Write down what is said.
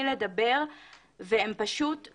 פניתי לעורכת דין.